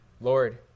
Lord